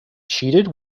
cheated